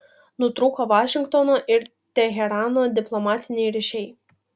nutrūko vašingtono ir teherano diplomatiniai ryšiai